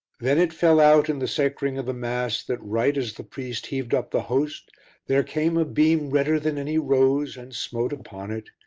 then it fell out in the sacring of the mass that right as the priest heaved up the host there came a beam redder than any rose and smote upon it,